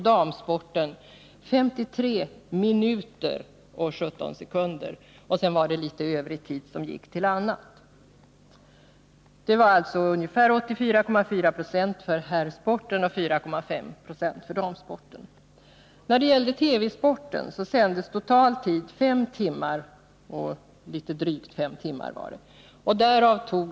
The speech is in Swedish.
Den totala bevakningstiden var två veckor för vardera TV och radio.